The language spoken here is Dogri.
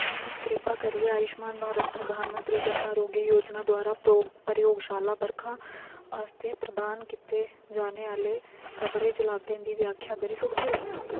क्या तुस कृपा करियै आयुश्मान भारत प्रधान मंत्री जन आरोग्य योजना द्वारा प्रयोगशाला परखां आस्तै प्रदान कीते जाने आह्ले कवरेज लाभें दी व्याख्या करी सकदे ओ